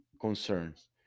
concerns